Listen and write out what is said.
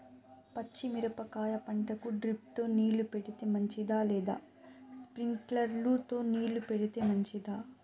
పచ్చి మిరపకాయ పంటకు డ్రిప్ తో నీళ్లు పెడితే మంచిదా లేదా స్ప్రింక్లర్లు తో నీళ్లు పెడితే మంచిదా?